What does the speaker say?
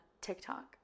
TikTok